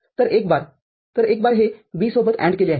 तर एक बार तर एक बारहे B सोबत AND केले आहे